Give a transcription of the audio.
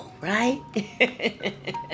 right